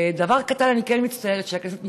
ובדבר קטן אני כן מצטערת שהכנסת מתפזרת,